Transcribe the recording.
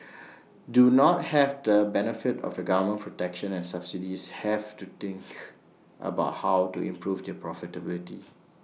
do not have the benefit of the government protection and subsidies have to think about how to improve their profitability